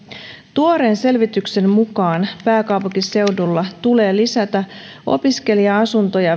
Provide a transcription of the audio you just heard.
tuoreen selvityksen mukaan pääkaupunkiseudulla tulee lisätä opiskelija asuntoja